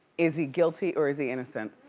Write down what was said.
is he guilty or is he innocent?